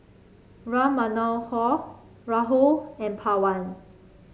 Ram Manohar Rahul and Pawan